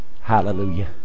Hallelujah